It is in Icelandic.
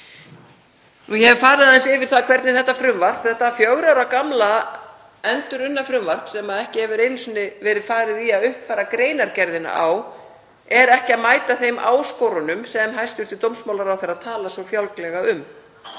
Ég hef farið aðeins yfir það hvernig þetta frumvarp, þetta fjögurra ára gamla endurunna frumvarp sem ekki hefur einu sinni verið farið í að uppfæra greinargerðina á, mætir ekki þeim áskorunum sem hæstv. dómsmálaráðherra talar svo fjálglega um.